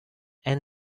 and